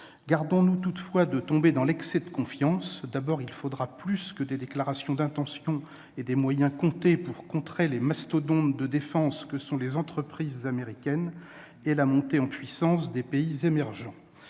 Gardons-nous toutefois de tomber dans l'excès de confiance. Il faudra plus que des déclarations d'intention et des moyens comptés pour contrer les mastodontes de la défense que sont les entreprises américaines et la montée en puissance des pays émergents.